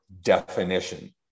definition